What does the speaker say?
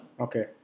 Okay